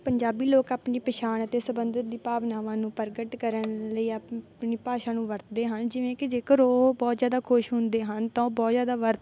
ਪੰਜਾਬੀ ਲੋਕ ਆਪਣੀ ਪਹਿਛਾਣ ਅਤੇ ਸਬੰਧਿਤ ਦੀ ਭਾਵਨਾਵਾਂ ਨੂੰ ਪ੍ਰਗਟ ਕਰਨ ਲਈ ਆਪਣੀ ਭਾਸ਼ਾ ਨੂੰ ਵਰਤਦੇ ਹਨ ਜਿਵੇਂ ਕਿ ਜੇਕਰ ਉਹ ਬਹੁਤ ਜ਼ਿਆਦਾ ਖੁਸ਼ ਹੁੰਦੇ ਹਨ ਤਾਂ ਉਹ ਬਹੁਤ ਜ਼ਿਆਦਾ ਵਰ